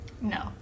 No